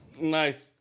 Nice